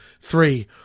Three